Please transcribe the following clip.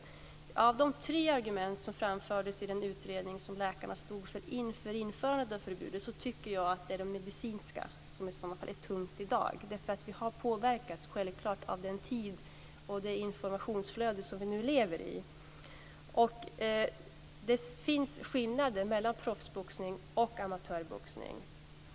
Ja, av de tre argument som framfördes i den utredning som läkarna stod för inför införandet av förbudet tycker jag att det är de medicinska som i så fall väger tungt i dag. Vi har självklart påverkats av den tid och det informationsflöde som vi nu lever i. Det finns skillnader mellan proffsboxning och amatörboxning.